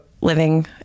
living